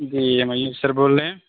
G M I sir بول رہے ہیں